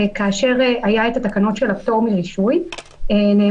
כאשר היה את התקנון של הפטור מרישוי נאמר,